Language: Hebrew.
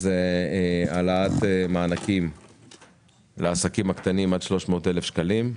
דבר ראשון הוא העלאת גובה המענקים לעסקים קטנים עד 300,000 שקלים.